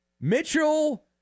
Mitchell